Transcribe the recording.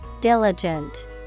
Diligent